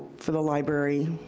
for the library.